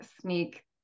sneak